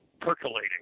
percolating